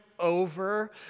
Over